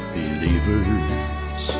believers